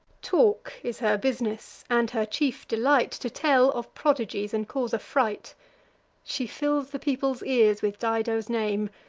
talk is her business, and her chief delight to tell of prodigies and cause affright. she fills the people's ears with dido's name,